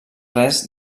res